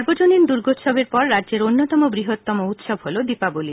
সার্বজনীন দুগোৎসবের পরে রাজ্যের অন্যতম বৃহত্তম উৎসব হলো দীপাবলী